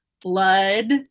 blood